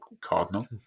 Cardinal